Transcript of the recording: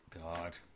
God